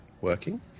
working